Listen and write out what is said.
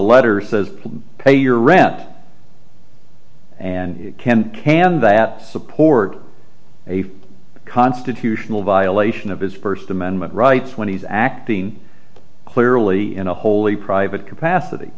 letter says pay your rent and you can't can that support a constitutional violation of his first amendment rights when he's acting clearly in a wholly private capacity